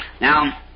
Now